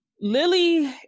Lily